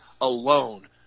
alone